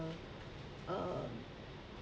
um